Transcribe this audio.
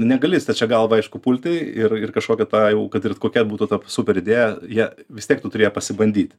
negali stačia galva aišku pulti ir ir kažkokio tą jau kad ir kokia būtų ta super idėja jie vis tiek tu turi ją pasibandyt